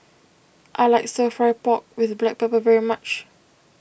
I like Stir Fry Pork with Black Pepper very much